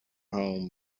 home